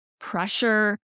pressure